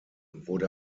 wurde